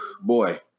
Boy